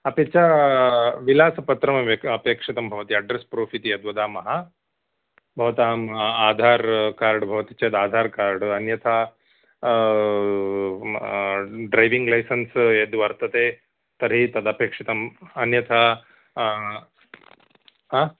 अपि च विलासपत्रम् अपेक्षितं भवति अड्रेस् प्रूफ् इति यद्वदामः भवताम् आधारः कार्ड् भवति चेद् आधारः कार्ड् अन्यथा ड्रैविङ्ग् लैसेन्स् यद्वर्तते तर्हि तदपेक्षितम् अन्यथा हा